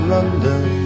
London